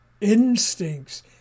instincts